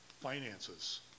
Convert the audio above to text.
finances